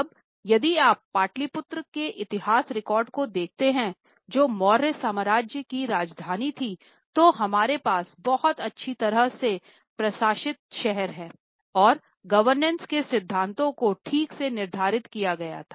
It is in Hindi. अब यदि आप पाटलिपुत्र के इतिहास रिकॉर्ड को देखते हैं जो मौर्य साम्राज्य की राजधानी थी तो हमारे पास बहुत अच्छी तरह से प्रशासित शहर है और गवर्नेंस के सिद्धांतों को ठीक से निर्धारित किया गया था